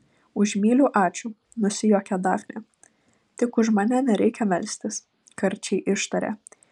už myliu ačiū nusijuokė dafnė tik už mane nereikia melstis karčiai ištarė